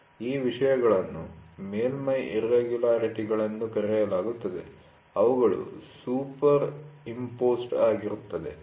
ಈ ವಿಷಯಗಳನ್ನು ಮೇಲ್ಮೈ ಇರ್ರೆಗುಲರಿಟಿ'ಗಳೆಂದು ಕರೆಯಲಾಗುತ್ತದೆ ಅವುಗಳು ಸೂಪರ್ ಇಂಪೋಸ್ಡ್ ಆಗಿರುತ್ತವೆ